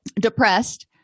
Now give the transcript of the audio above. depressed